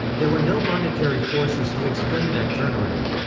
there were no monetary forces to explain that turnaround.